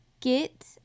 get